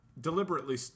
deliberately